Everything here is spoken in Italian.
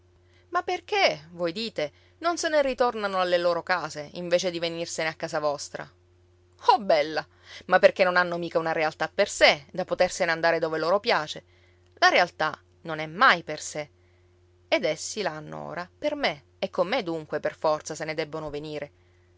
ma perché voi dite non se ne ritornano alle loro case invece di venirsene a casa vostra oh bella ma perché non hanno mica una realtà per sé da potersene andare dove loro piace la realtà non è mai per sé ed essi l'hanno ora per me e con me dunque per forza se ne debbono venire